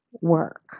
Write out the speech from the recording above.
work